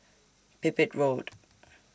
Pipit Road